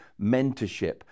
mentorship